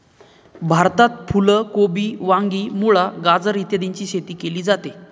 भारतात फुल कोबी, वांगी, मुळा, गाजर इत्यादीची शेती केली जाते